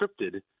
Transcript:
scripted